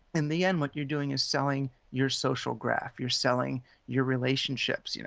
in the end, what you're doing is selling your social graph, you're selling your relationships, you know